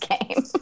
game